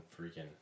freaking